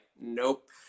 nope